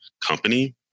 company